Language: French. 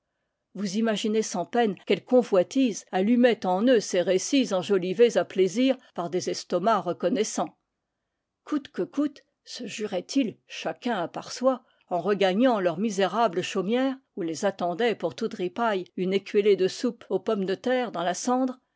ima ginez sans peine quelles convoitises allumaient en eux ces récits enjolivés à plaisir par des estomacs reconnaissants coûte que coûte se juraient ils chacun à part soi en regagnant leurs misérables chaumières où les attendait pour toute ripaille une écuellée de soups aux pommes de terre dans la cendre